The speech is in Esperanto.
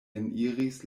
eniris